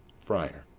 friar.